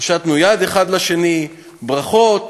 הושטנו יד אחד לשני, ברכות,